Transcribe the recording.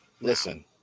Listen